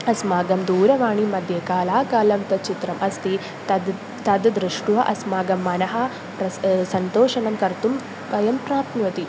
अस्माकं दूरवाणीमध्ये कालाकालं तच्चित्रम् अस्ति तत् तत् दृष्ट्वा अस्माकं मनः प्रस् सन्तोषं कर्तुं वयं प्राप्नुवन्ति